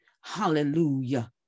Hallelujah